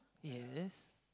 yes